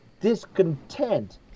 discontent